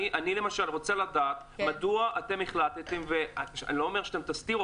אני למשל רוצה לדעת מדוע אתם החלטתם ואני לא אומר שאתם תסתירו